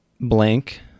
blank